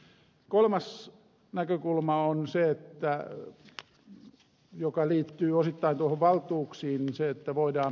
kolmas näkökulma on se että hän ollut joka liittyy osittain noihin valtuuksiin